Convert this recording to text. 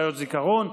בעיות זיכרון,